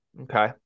Okay